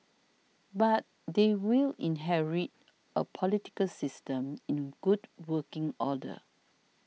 but they will inherit a political system in good working order